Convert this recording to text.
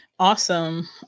Awesome